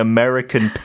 American